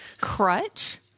Crutch